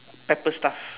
pepper stuff